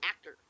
actor